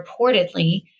reportedly